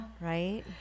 Right